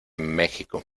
méxico